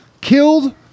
killed